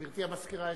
גברתי המזכירה,